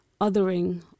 othering